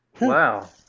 wow